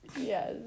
yes